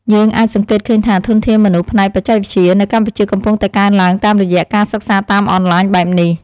យើងអាចសង្កេតឃើញថាធនធានមនុស្សផ្នែកបច្ចេកវិទ្យានៅកម្ពុជាកំពុងតែកើនឡើងតាមរយៈការសិក្សាតាមអនឡាញបែបនេះ។